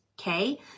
okay